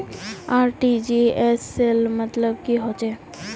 RTGS सेल मतलब की होचए?